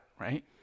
right